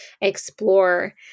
explore